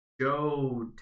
Joe